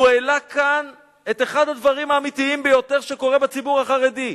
והוא העלה כאן את אחד הדברים האמיתיים ביותר שקורים בציבור החרדי.